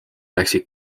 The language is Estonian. läksid